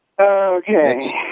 Okay